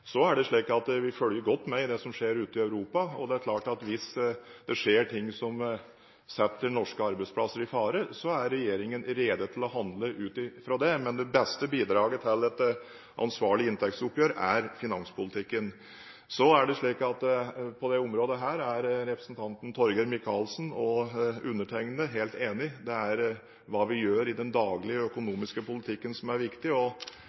Vi følger godt med i det som skjer ute i Europa. Det er klart at hvis det skjer ting som setter norske arbeidsplasser i fare, er regjeringen rede til å handle ut fra det. Men det beste bidraget til et ansvarlig inntektsoppgjør er finanspolitikken. På dette området er representanten Torgeir Micaelsen og jeg helt enige. Det er hva vi gjør i den daglige økonomiske politikken, som er viktig. Fremskrittspartiet har jo en litt annen tilnærming, bl.a. når det gjelder oljepengebruk og